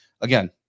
again